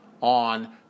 on